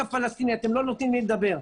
אתם לא נותנים לי לדבר,